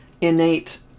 innate